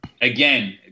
again